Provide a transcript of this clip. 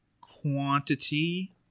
quantity